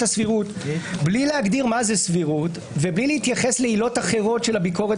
הסבירות בלי להגדיר מה זה סבירות ובלי להתייחס לעילות אחרות של הביקורת